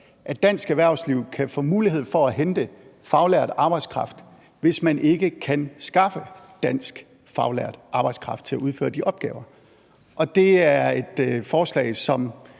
at dansk erhvervsliv kan hente faglært arbejdskraft, hvis man ikke kan skaffe dansk faglært arbejdskraft til at udføre de opgaver, og det er et forslag, som